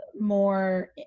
more